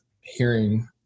hearing